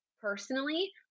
personally